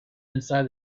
inside